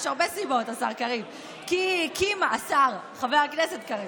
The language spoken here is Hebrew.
יש הרבה סיבות, השר קריב, השר, חבר הכנסת קריב.